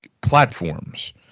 platforms